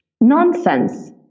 Nonsense